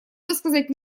высказать